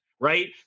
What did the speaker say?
right